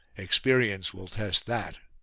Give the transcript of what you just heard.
experience will test that.